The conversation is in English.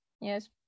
Yes